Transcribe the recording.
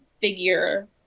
figure